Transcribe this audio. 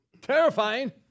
terrifying